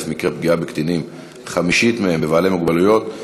מקרי פגיעה בקטינים הם בקטינים עם מוגבלות,